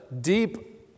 deep